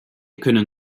können